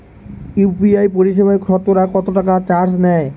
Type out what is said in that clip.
UPI পরিসেবায় সতকরা কতটাকা চার্জ নেয়?